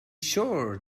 sure